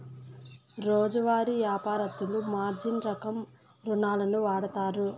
రోజువారీ యాపారత్తులు మార్జిన్ రకం రుణాలును వాడుతారు